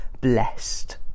blessed